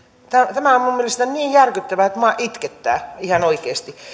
tämä on minun mielestäni niin järkyttävää että minua itkettää ihan oikeasti